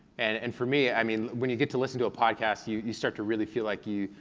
and and for me, i mean, when you get to listen to a podcast, you you start to really feel like you,